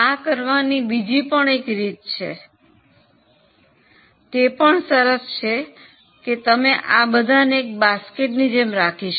આ કરવાની બીજી એક રીત પણ છે તે પણ સરસ છે કે તમે આ બધાને એક બાસ્કેટની જેમ રાખી શકો